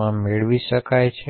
વાંચે છે